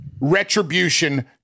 Retribution